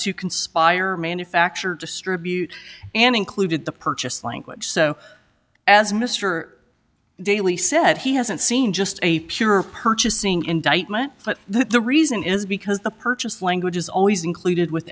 to conspire manufacture distribute and included the purchase language so as mr daley said he hasn't seen just a pure purchasing indictment but that the reason is because the purchase language is always included with